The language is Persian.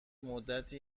مدتی